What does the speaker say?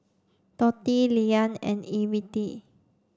Dotty Leeann and Evette